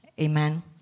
Amen